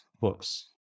books